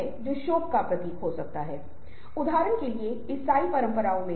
हमे बोलने से पहले चीजों को सुनना अधिक महत्वपूर्ण है